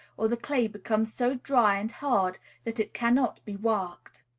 or the clay becomes so dry and hard that it cannot be worked.